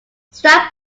staff